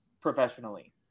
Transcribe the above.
professionally